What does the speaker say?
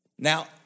Now